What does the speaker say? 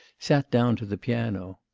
sat down to the piano.